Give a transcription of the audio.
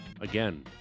Again